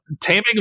Taming